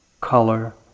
Color